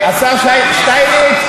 השר שטייניץ,